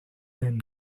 thin